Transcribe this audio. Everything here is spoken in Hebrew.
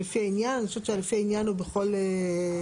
לפי העניין אני חושבת ש-"לפי העניין" הוא בכל מקרה.